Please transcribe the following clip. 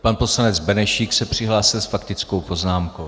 Pan poslanec Benešík se přihlásil s faktickou poznámkou.